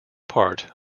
part